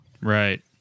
Right